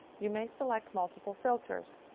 you may select multiple filters.